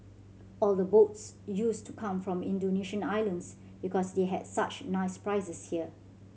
all the boats used to come from the Indonesian islands because they had such nice prizes here